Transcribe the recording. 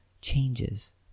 changes